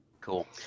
cool